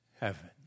heaven